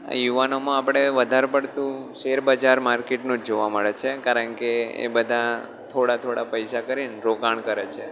યુવાનોમાં આપણે વધારે પડતું શેર બજાર માર્કેટનું જ જોવા મળે છે કારણ કે એ બધા થોડા થોડા પૈસા કરીને રોકાણ કરે છે